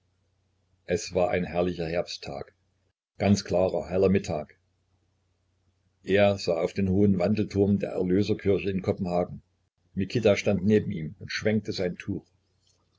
es war ein herrlicher herbsttag ganz klarer heller mittag er sah auf den hohen wandelturm der erlöserkirche in kopenhagen mikita stand neben ihm und schwenkte sein tuch